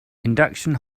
induction